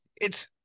it's-